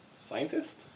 scientist